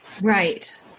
right